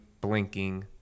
blinking